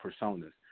personas